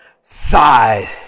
side